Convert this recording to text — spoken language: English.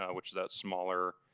yeah which is that smaller